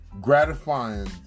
gratifying